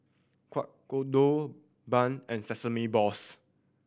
Kueh Kodok bun and sesame balls